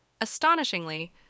Astonishingly